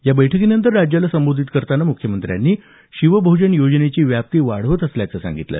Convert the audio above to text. या बैठकीनंतर राज्याला संबोधित करताना मुख्यमंत्र्यांनी शिवभोजन योजनेची व्याप्ती वाढवत असल्याचंही त्यांनी सांगितलं